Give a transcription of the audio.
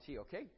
okay